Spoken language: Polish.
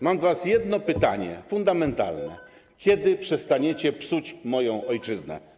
Mam do was jedno pytanie, fundamentalne: Kiedy przestaniecie psuć moją ojczyznę?